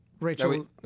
Rachel